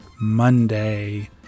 Monday